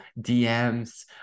DMs